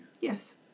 Yes